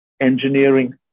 engineering